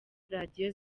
radiyo